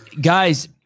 Guys